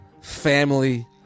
family